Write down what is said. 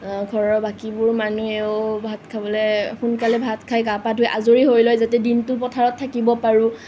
ঘৰৰ বাকীবোৰ মানুহেও ভাত খাবলে সোনকালে ভাত খাই গা পা ধুই আজৰি হৈ লয় যাতে দিনটো পথাৰত থাকিব পাৰোঁ